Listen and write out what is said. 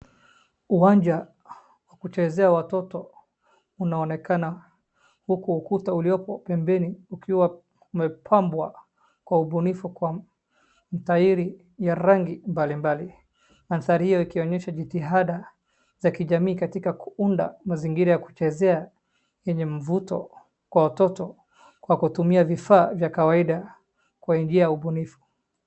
Uwanja wa kuchezea watoto unaonekana huku ukuta ulio pembeni ukiwa umepambwa kwa ubunifu kwa tairi ya rangi mbalimbali. Mandhari hiyo ikionyesha jitihada za kijamii katika kuunda mazingira ya kuchezea yenye mvuto kwa watoto kwa kutumia vifaa vya kawaida kwa njia ya ubunifu.